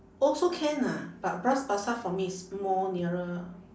also can ah but bras-basah for me is more nearer